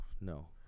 no